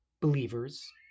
believers